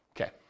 okay